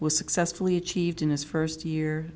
was successfully achieved in his first year